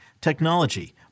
technology